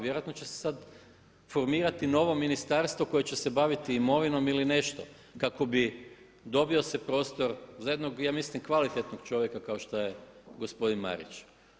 Vjerojatno će se sada formirati novo ministarstvo koje će se baviti imovinom ili nešto kako bi se dobio prostor za jednog ja mislim kvalitetnog čovjeka kao što je gospodin Marić.